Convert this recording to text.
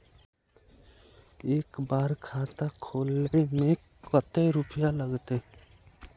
एक बार खाता खोले में कते रुपया लगते?